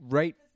right